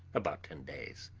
about ten days.